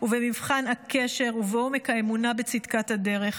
ובמבחן הקשר ובעומק האמונה בצדקת הדרך.